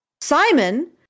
Simon